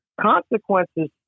consequences